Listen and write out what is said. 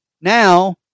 Now